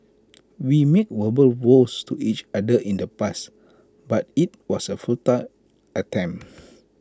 we made verbal vows to each other in the past but IT was A futile attempt